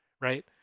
right